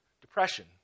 depression